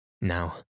Now